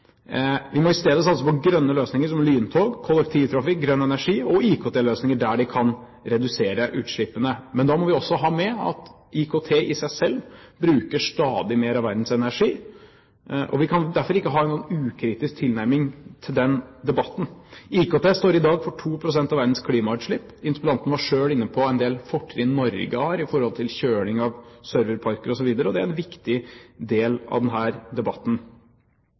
Vi må i stedet satse på grønne løsninger som lyntog, kollektivtrafikk, grønn energi og IKT-løsninger der de kan redusere utslippene. Da må vi også ha med at IKT i seg selv bruker stadig mer av verdens energi, og vi kan derfor ikke ha en ukritisk tilnærming til den debatten. IKT står i dag for 2 pst. av verdens klimautslipp. Interpellanten var selv inne på en del fortrinn Norge har når det gjelder kjøling av serverparker osv. Det er en viktig del av denne debatten.